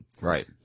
right